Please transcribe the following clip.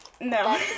no